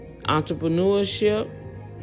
Entrepreneurship